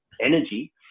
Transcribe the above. energy